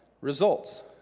results